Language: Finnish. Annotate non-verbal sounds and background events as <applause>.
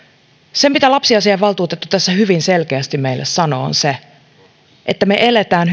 se mitä lapsiasiainvaltuutettu tässä hyvin selkeästi meille sanoo on se että me elämme <unintelligible>